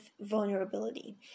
vulnerability